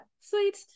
Sweet